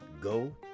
go